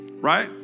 Right